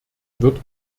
wird